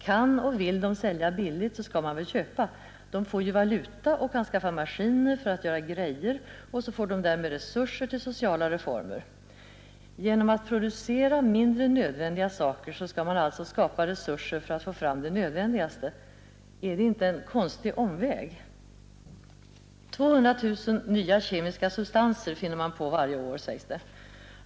Kan och vill de sälja billigt, så skall man väl köpa. De får ju valuta och kan skaffa maskiner för att göra grejor och så får de därmed resurser till sociala reformer. Genom att producera mindre nödvändiga saker skall man alltså skapa resurser för att få fram det nödvändigaste. Är det inte en konstig omväg? 200 000 nya kemiska substanser finner man på varje år, sägs det.